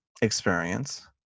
experience